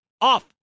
off